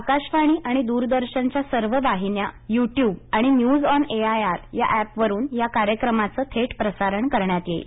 आकाशवाणी आणि दूरदर्शनच्या सर्व वाहिन्या यूट्यूब आणि न्यूजऑनएआयआर या एपवरून या कार्यक्रमाचं थेट प्रसारण करण्यात येईल